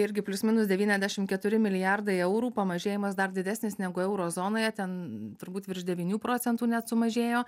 irgi plius minus devyniadešim keturi milijardai eurų pamažėjimas dar didesnis negu euro zonoje ten turbūt virš devynių procentų net sumažėjo